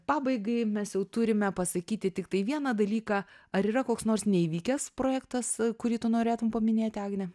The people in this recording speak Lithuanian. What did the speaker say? pabaigai mes jau turime pasakyti tiktai vieną dalyką ar yra koks nors neįvykęs projektas kurį tu norėtum paminėti agne